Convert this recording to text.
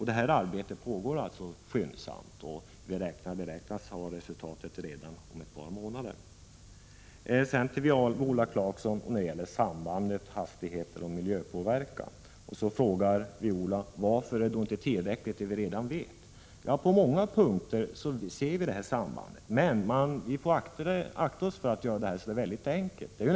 Detta arbete pågår alltså med skyndsamhet, och vi beräknas ha resultatet redan om ett par månader. Viola Claesson kom in på sambandet mellan hastighet och miljöpåverkan och frågade varför det inte är tillräckligt med det vi redan vet. På många områden ser vi detta samband, men man får akta sig för att förenkla.